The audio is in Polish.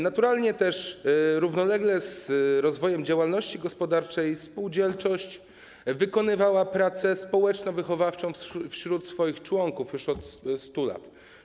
Naturalnie też równolegle z rozwojem działalności gospodarczej spółdzielczość wykonywała pracę społeczno-wychowawczą wśród swoich członków już od 100 lat.